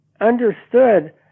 understood